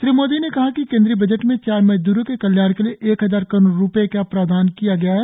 श्री मोदी ने कहा केन्द्रीय बजट में चाय मजदूरों के कल्याण के लिए एक हजार करोड़ रूपए का प्रावधान किया गया है